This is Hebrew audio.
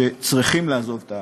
שצריכים לעזוב את הארץ,